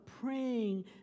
praying